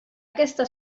aquesta